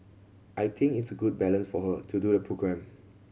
I think it's a good balance for her to do the programme